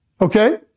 Okay